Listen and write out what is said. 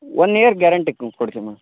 one year guarantee ಕೊಡ್ತಿವಿ madam